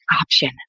option